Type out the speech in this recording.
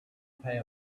pay